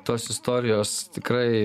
tos istorijos tikrai